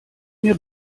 mir